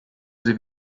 sie